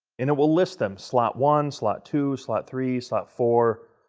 and it will list them slot one, slot two, slot three, slot four,